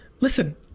Listen